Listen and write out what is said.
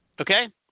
Okay